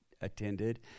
attended